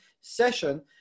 session